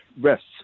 rests